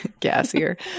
Gassier